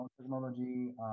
technology